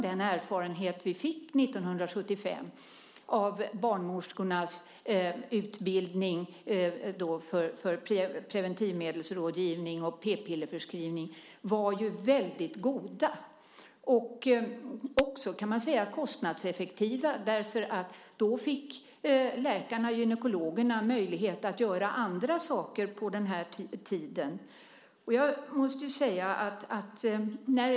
De erfarenheter vi fick 1975 av barnmorskornas utbildning för preventivmedelsrådgivning och p-pillerförskrivning var ju väldigt goda och även kostnadseffektiva. Gynekologerna fick då möjlighet att göra andra saker på den tiden.